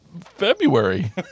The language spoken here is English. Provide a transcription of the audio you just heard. February